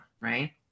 right